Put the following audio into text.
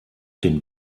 den